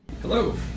Hello